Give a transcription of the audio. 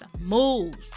moves